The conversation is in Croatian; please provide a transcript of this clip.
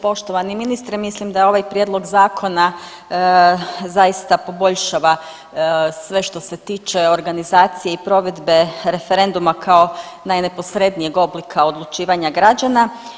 Poštovani ministre mislim da ovaj prijedlog zaista poboljšava sve što se tiče organizacije i provedbe referenduma kao najneposrednijeg oblika odlučivanja građana.